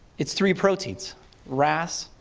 it's three proteins ras,